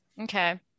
okay